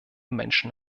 menschen